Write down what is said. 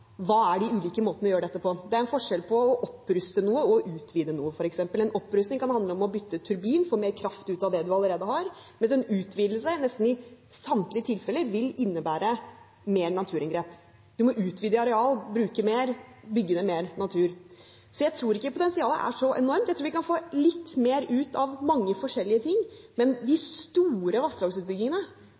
er de ulike måtene å gjøre det på. Det er f.eks. forskjell på å oppruste noe og å utvide noe. En opprustning kan handle om å bytte ut en turbin, få mer kraft ut av det man allerede har, mens en utvidelse nesten i samtlige tilfeller vil innebære mer naturinngrep. Man må utvide areal, bruke mer, bygge ned mer natur. Så jeg tror ikke potensialet er så enormt, jeg tror vi kan få litt mer ut av mange forskjellige ting, men tiden for de store vassdragsutbyggingene